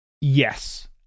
Yes